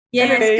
yes